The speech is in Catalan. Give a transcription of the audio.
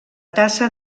tassa